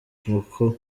kuko